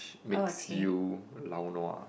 makes you lao nua